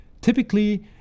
Typically